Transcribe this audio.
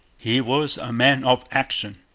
he was a man of action.